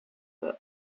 are